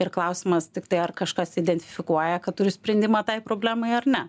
ir klausimas tiktai ar kažkas identifikuoja kad turi sprendimą tai problemai ar ne